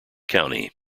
county